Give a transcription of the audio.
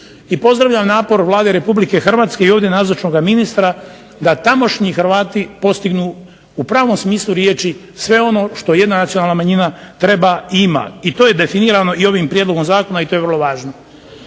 i pozdravljam napor Vlade Republike Hrvatske i ovdje nazočnoga ministra da tamošnji Hrvati postignu u pravom smislu riječi sve ono što jedna nacionalna manjina treba i ima i to je definirano ovim prijedlogom zakona i to je vrlo važno.